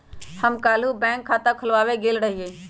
हम काल्हु बैंक में खता खोलबाबे गेल रहियइ